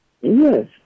Yes